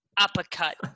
uppercut